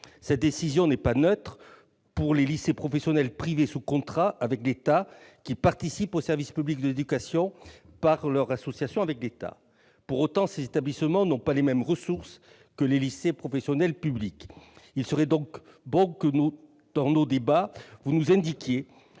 Cette décision n'est pas neutre pour les lycées professionnels privés sous contrat avec l'État qui participent au service public de l'éducation par leur association avec l'État. Pour autant, ces établissements n'ont pas les mêmes ressources que les lycées professionnels publics. Il serait donc souhaitable que, durant nos débats, vous nous indiquiez